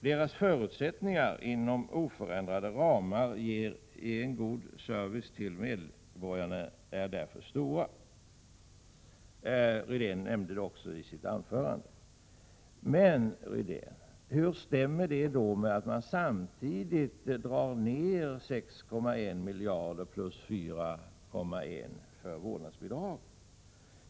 Deras förutsättningar att inom oförändrade ramar ge en god service till medborgarna är därför stora.” Rune Rydén nämnde också detta i sitt anförande. Hur stämmer det, Rune Rydén, med att ni vill göra en neddragning på 6,1 miljarder kronor plus 4,1 miljarder kronor för vårdnadsbidraget?